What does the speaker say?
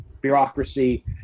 bureaucracy